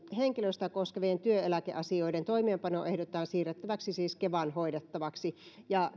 henkilöstöä koskevien työeläkeasioiden toimeenpanoa ehdotetaan siirrettäväksi siis kevan hoidettavaksi ja